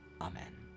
Amen